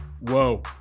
Whoa